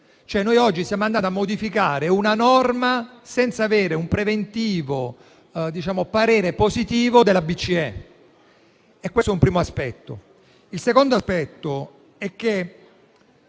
Noi oggi siamo andati a modificare una norma senza avere un preventivo parere positivo della BCE. Questo è un primo aspetto. Il secondo aspetto è che